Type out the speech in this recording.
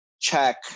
check